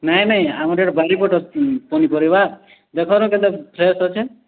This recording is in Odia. ନାଇଁ ନାଇଁ ଆମର ଏଟା ବାରି ପଟର୍ ପନି ପରିବା ଦେଖ ନ କେତେ ଫ୍ରେସ୍ ଅଛେ